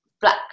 black